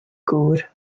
gŵr